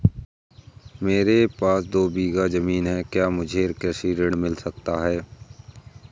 मेरे पास दो बीघा ज़मीन है क्या मुझे कृषि ऋण मिल सकता है?